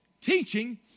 teaching